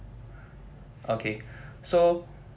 okay so